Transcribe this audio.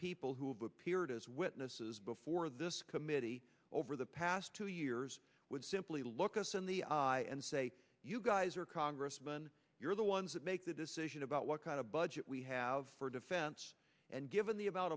people who have appeared as witnesses before this committee over the past two years would simply look us in the eye and say you guys or congressman you're the ones that make the decision about what kind of budget we have for defense and given the abou